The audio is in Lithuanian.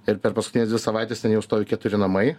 ir per paskutines dvi savaites ten jau stovi keturi namai